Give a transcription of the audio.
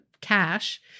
cash